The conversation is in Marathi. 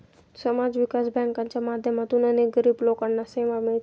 समाज विकास बँकांच्या माध्यमातून अनेक गरीब लोकांना सेवा मिळते